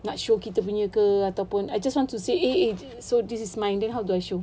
nak show kita punya ke ataupun I just want to say eh eh so this is mine then how do I show